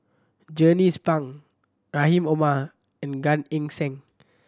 Jernnine Pang Rahim Omar and Gan Eng Seng